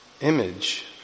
image